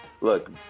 Look